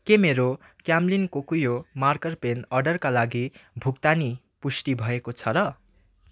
के मेरो Camlin Kokuyo marker pen अर्डरका लागि भुक्तानी पुष्टि भएको छ र